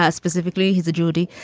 ah specifically, he's a judy.